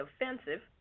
offensive